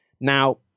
Now